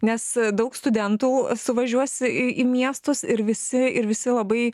nes daug studentų suvažiuos į į miestus ir visi ir visi labai